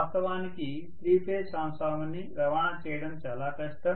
వాస్తవానికి three phase transformers ని రవాణా చేయడం చాలా కష్టం